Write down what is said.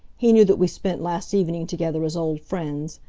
he knew that we spent last evening together as old friends.